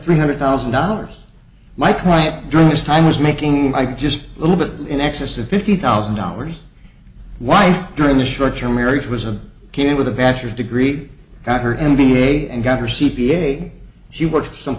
three hundred thousand dollars mike right during this time was making like just a little bit in excess of fifty thousand dollars wife during the short term marriage was a kid with a bachelor's degree got her m b a and got her c p a she works for some